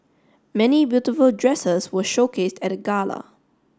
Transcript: many beautiful dresses were showcased at gala